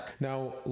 Now